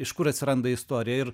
iš kur atsiranda istorija ir